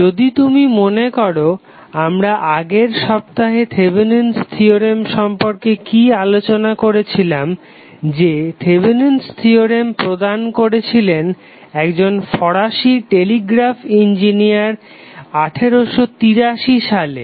যদি তুমি মনে করো আমরা আগের সপ্তাহে থেভেনিন'স থিওরেম Thevenins theorem সম্পর্কে কি আলোচনা করেছিলাম যে থেভেনিন'স থিওরেম Thevenins theorem প্রদান করেছিলেম একজন ফরাসি টেলিগ্রাফ ইঞ্জিনিয়ার 1883 সালে